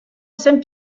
saint